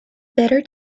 better